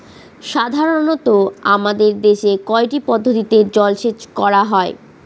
সাধারনত আমাদের দেশে কয়টি পদ্ধতিতে জলসেচ করা হয়?